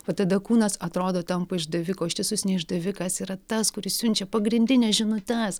va tada kūnas atrodo tampa išdaviku o iš tiesų jis ne išdavikas yra tas kuris siunčia pagrindines žinutes